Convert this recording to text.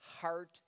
heart